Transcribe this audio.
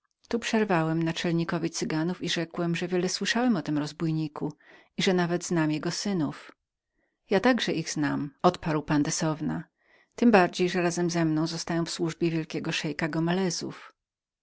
tu przerwałem naczelnikowi cyganów i rzekłem że wiele słyszałem o tym rozbójniku i że nawet znałem jego synów ja także ich znam odparł pandesowna tem bardziej że oni razem ze mną zostają w służbie wielkiego szeika gomelezów jak